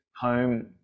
home